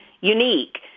unique